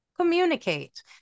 communicate